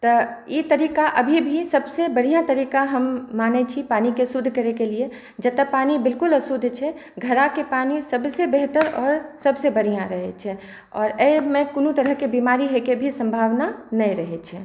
तऽ ई तरीका अभी भी सबसँ बढ़िआँ तरीका हम मानै छी पानीके शुद्ध करैके लिए जतऽ पानी बिलकुल अशुद्ध छै घड़ाके पानी सबसँ बेहतर आओर सबसँ बढ़िआँ रहै छै आओर एहिमे कोनो तरहके बीमारी होइके भी सम्भावना नहि रहै छै